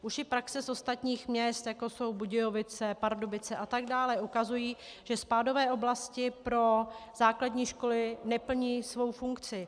Už i praxe z ostatních měst, jako jsou Budějovice, Pardubice a tak dále ukazují, že spádové oblasti pro základní školy neplní svou funkci.